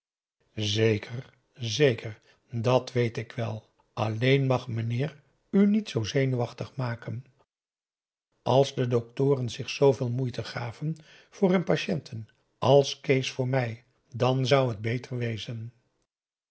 zeker zeker dat weet ik wel alleen mag meneer u niet zoo zenuwachtig maken als de doctoren zich zooveel moeite gaven voor hun patiënten als kees voor mij dan zou het beter wezen